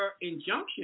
Injunction